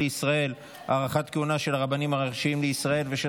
לישראל (הארכת כהונה של הרבנים הראשיים לישראל ושל